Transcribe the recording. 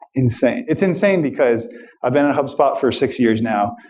insane. it's insane because i've been in hubspot for six years now.